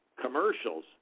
commercials